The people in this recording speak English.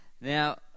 Now